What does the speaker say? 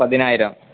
പതിനായിരം